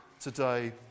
today